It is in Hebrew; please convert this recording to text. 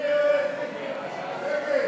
ההצעה